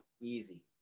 easy